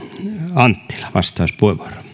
anttila vastauspuheenvuoro